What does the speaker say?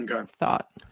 thought